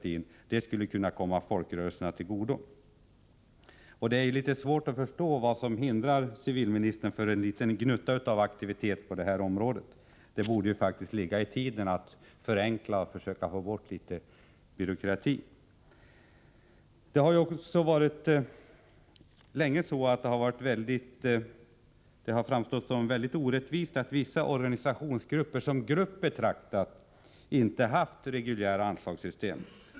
En förenkling skulle kunna komma folkrörelserna till godo. Det är litet svårt att förstå vad som hindrar civilministern från att visa en gnutta aktivitet på detta område. Det borde faktiskt ligga i tiden att försöka förenkla och få bort litet byråkrati. Det har länge framstått som mycket orättvist att vissa organisationsgrupper, som grupper betraktade, inte haft reguljära anslagssystem.